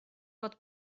pot